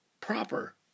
Proper